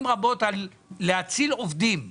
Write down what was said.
הם נותנים את ההסברים